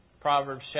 Proverbs